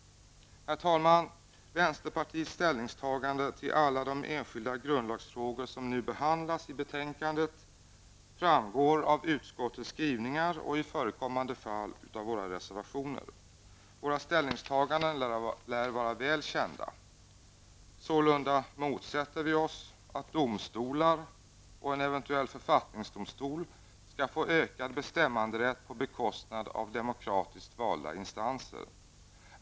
Herr talman! Vänsterpartiets ställningstagande i alla de enskilda grundlagsfrågor som behandlas i betänkandet framgår av utskottets skrivning och i förekommande fall av våra reservationer. Våra ställningstaganden lär vara väl kända. Sålunda motsätter vi oss att domstolar och en eventuell författningsdomstol skall få ökad bestämmanderätt på bekostnad av demokratiskt valda instanser.